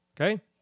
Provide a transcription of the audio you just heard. Okay